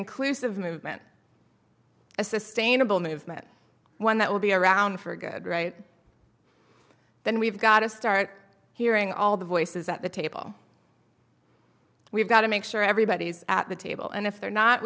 inclusive movement a sustainable movement one that will be around for good right then we've got to start hearing all the voices at the table we've got to make sure everybody's at the table and if they're not